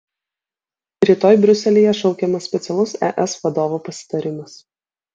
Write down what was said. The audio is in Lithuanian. rytoj briuselyje šaukiamas specialus es vadovų pasitarimas